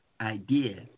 idea